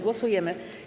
Głosujemy.